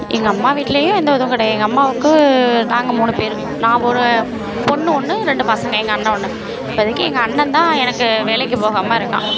எங்கள் அம்மா வீட்டுலையும் எந்த இதுவும் கிடை எங்கள் அம்மாவுக்கு நாங்கள் மூணு பேர் நான் ஒரு பொண்ணு ஒன்று ரெண்டு பசங்க எங்கள் அண்ணன் ஒன்று இப்போதிக்கி எங்கள் அண்ணந்தான் எனக்கு வேலைக்கு போகாமல் இருக்கான்